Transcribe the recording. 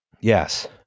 Yes